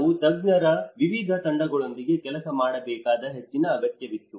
ನಾವು ತಜ್ಞರ ವಿವಿಧ ತಂಡಗಳೊಂದಿಗೆ ಕೆಲಸ ಮಾಡಬೇಕಾದ ಹೆಚ್ಚಿನ ಅಗತ್ಯವಿತ್ತು